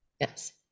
Yes